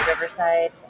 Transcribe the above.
Riverside